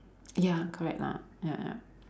ya correct lah ya ya